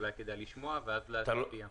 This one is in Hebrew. אולי כדאי לשמוע ואז להצביע.